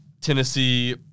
Tennessee